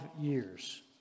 years